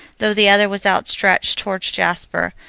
though the other was outstretched toward jasper,